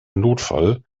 notfall